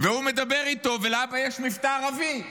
והוא מדבר איתו, ולאבא יש מבטא ערבי.